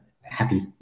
happy